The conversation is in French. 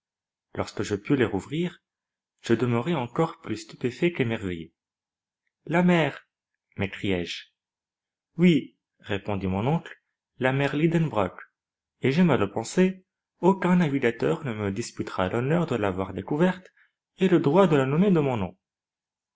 lorsque je pus les rouvrir je demeurai encore plus stupéfait qu'émerveillé la mer m'écriai-je oui répondit mon oncle la mer lidenbrock et j'aime à le penser aucun navigateur ne me disputera l'honneur de l'avoir découverte et le droit de la nommer de mon nom